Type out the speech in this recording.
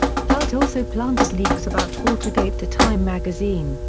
felt also planted leaks about watergate to time magazine,